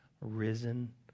risen